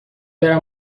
برم